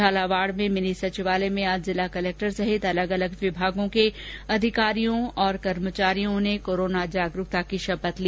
झालावाड में मिनी सचिवालय में आज जिला कलेक्टर सहित अलग अलग विभागों के अधिकारियों और कर्मचारियों ने कोरोना जागरूकता की शपथ ली